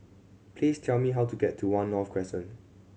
please tell me how to get to One North Crescent